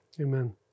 Amen